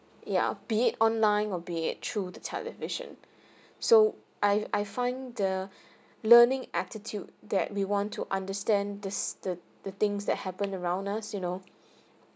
ya be it online or be it through the television so I I find the learning attitude that we want to understand the s~ the the things that happen around us you know